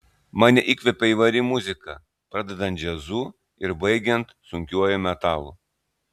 mane įkvepia įvairi muzika pradedant džiazu ir baigiant sunkiuoju metalu